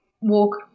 walk